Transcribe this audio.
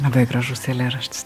labai gražus eilėraštis